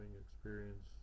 experience